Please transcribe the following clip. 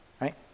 right